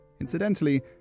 Incidentally